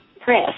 press